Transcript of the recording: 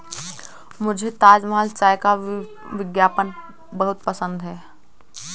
मुझे ताजमहल चाय का विज्ञापन बहुत पसंद है